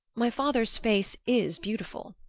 my father's face is beautiful.